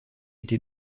été